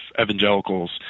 evangelicals